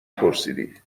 پرسیدی